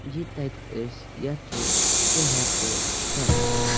یہِ تَتہِ أسۍ یَژھو تہِ ہیکو ہیٚتھ